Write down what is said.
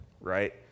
Right